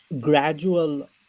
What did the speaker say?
gradual